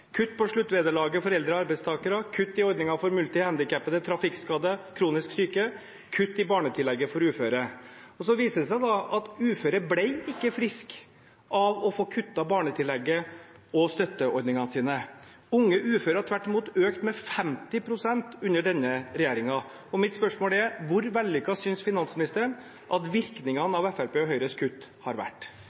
kutt i sluttvederlaget for eldre arbeidstakere, kutt i ordningen for multihandikappede, trafikkskadde og kronisk syke, kutt i barnetillegget for uføre. Det viser seg at uføre ble ikke friske av å få kuttet i barnetillegget og i støtteordningene sine. Antall unge uføre har tvert imot økt med 50 pst. under denne regjeringen. Mitt spørsmål er: Hvor vellykket synes finansministeren at virkningene av Fremskrittspartiet og Høyres kutt har vært?